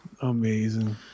Amazing